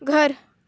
گھر